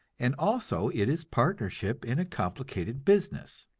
and also it is partnership in a complicated business.